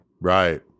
Right